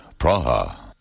Praha